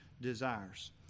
desires